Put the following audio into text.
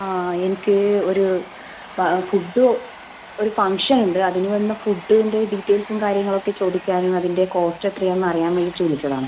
ആ എനിക്ക് ഒരു ഫുഡ്ഡും ഒരു ഫംഗ്ഷൻ ഉണ്ട് അതിന് വേണ്ടുന്ന ഫുഡിൻ്റെ ഡീറ്റെയിൽസും കാര്യങ്ങളൊക്കെ ചോദിക്കാനും അതിൻ്റെ കോസ്റ്റ് എത്രയാണ് എന്ന് അറിയാൻ വേണ്ടിയിട്ട് വിളിച്ചതാണ്